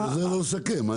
אני נותן לו לסכם.